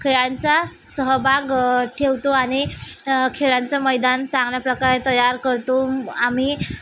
खेळांचा सहभाग ठेवतो आणि खेळांचा मैदान चांगल्या प्रकारे तयार करतो आम्ही